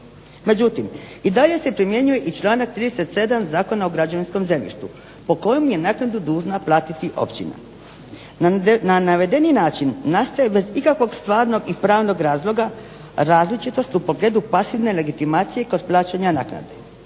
Međutim, i dalje se primjenjuje i članak 37. Zakona o građevinskom zemljištu po kojem je naknadu dužna platiti općina. Na navedeni način nastaje bez ikakvog stvarnog i pravnog razloga različitost u pogledu pasivne legitimacije kod plaćanja naknade.